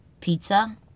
Pizza